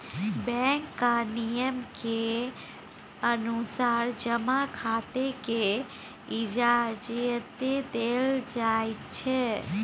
बैंकक नियम केर अनुसार जमा खाताकेँ इजाजति देल जाइत छै